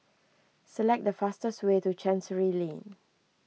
select the fastest way to Chancery Lane